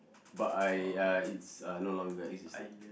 but I uh it's uh no longer existent